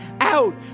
out